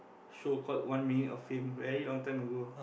show called one minute of fame very long time ago